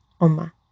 Oma